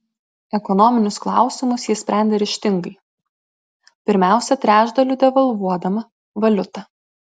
ekonominius klausimus ji sprendė ryžtingai pirmiausia trečdaliu devalvuodama valiutą